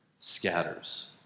scatters